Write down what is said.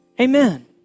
Amen